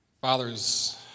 Fathers